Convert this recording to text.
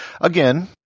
Again